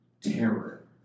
Terror